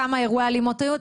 כמה אירועי אלימות היו.